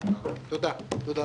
תודה.